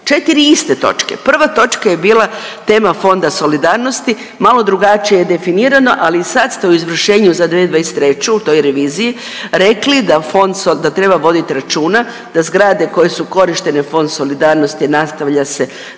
4 iste točke. Prva točka je bila tema Fonda solidarnosti, malo drugačije je definirano, ali i sad ste u izvršenju za 2023. u toj reviziji rekli da Fond so… da treba vodit računa da zgrade koje su korištene Fond solidarnosti nastavlja se